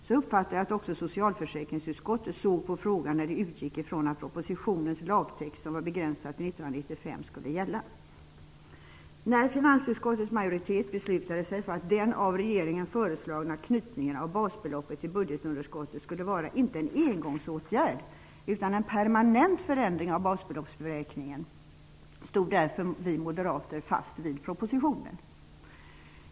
Så uppfattar jag att också socialförsäkringsutskottet såg på frågan när det utgick från att propositionens lagtext, som var begränsad till 1995, skulle gälla. När finansutskottets majoritet beslutade sig för att den av regeringen föreslagna knytningen av basbeloppet till budgetunderskottet skulle vara inte en engångsåtgärd, utan en permanent förändring av basbeloppsberäkningen, ville därför vi moderater inte vara med längre.